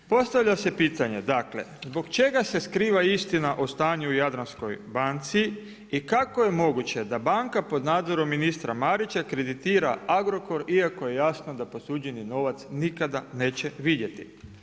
Postavlja se pitanje dakle zbog čega se skriva istina o stanju u Jadranskoj banci i kako je moguće da banka pod nadzorom ministra Marića kreditira Agrokor iako je jasno da posuđeni novac nikada neće vidjeti?